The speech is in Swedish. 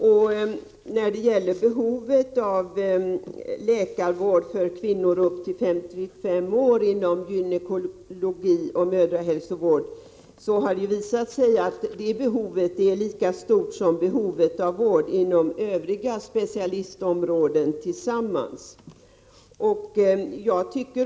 Det har visat sig att behovet av läkarvård inom gynekologi och mödrahälsovård för kvinnor upp till 55 år är lika stort som behovet av vård inom alla Övriga specialistområden tillsammans.